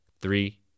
Three